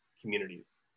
communities